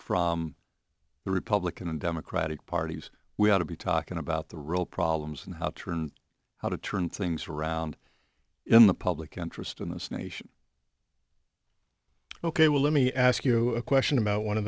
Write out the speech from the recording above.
from the republican and democratic parties we ought to be talking about the real problems and how to learn how to turn things around in the public interest in this nation ok well let me ask you a question about one of